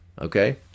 Okay